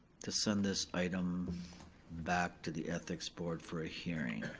to send this item back to the ethics board for a hearing.